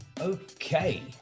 Okay